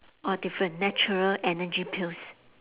orh different natural energy pills